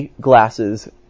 glasses